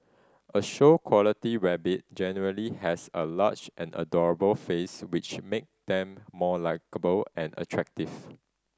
a show quality rabbit generally has a large and adorable face which make them more likeable and attractive